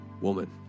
woman